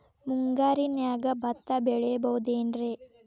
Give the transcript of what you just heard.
ಮುಂಗಾರಿನ್ಯಾಗ ಭತ್ತ ಬೆಳಿಬೊದೇನ್ರೇ?